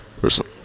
person